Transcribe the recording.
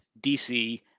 DC